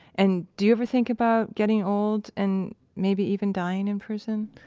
and do you ever think about getting old and maybe even dying in prison?